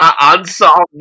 Unsolved